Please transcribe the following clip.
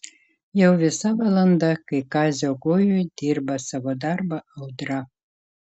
jau visa valanda kai kazio gojuj dirba savo darbą audra